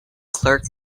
clerk